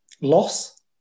loss